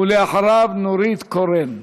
ואחריו, נורית קורן,